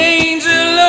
angel